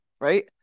right